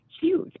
huge